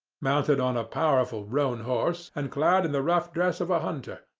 mounted on a powerful roan horse, and clad in the rough dress of a hunter,